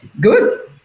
good